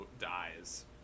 dies